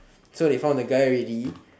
so they found the guy already